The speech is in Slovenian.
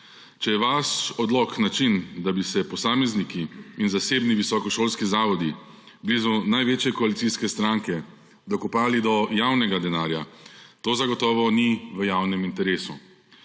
Če je vaš odlok način, da bi se posamezniki in zasebni visokošolski zavodi blizu največje koalicijske stranke dokopali do javnega denarja, to zagotovo ni v javnem interesu,